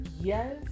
yes